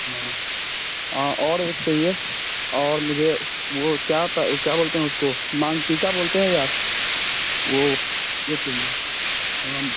हाँ आं और एक चाहिए और मुझे वह क्या प क्या बोलते हैं उसको माँग टीका बोलते हैं या वह वह चाहिए हाँ